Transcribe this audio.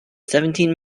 seventeen